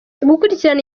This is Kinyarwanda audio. gukurikirana